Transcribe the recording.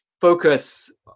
focus